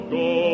go